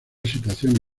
situación